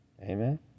amen